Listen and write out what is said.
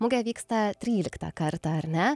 mugė vyksta tryliktą kartą ar ne